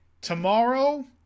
tomorrow